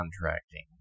contracting